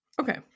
Okay